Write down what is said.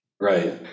right